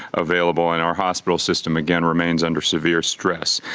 available in our hospital system again remains under severe stress.